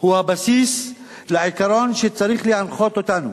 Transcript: הוא הבסיס לעיקרון שצריך להנחות אותנו.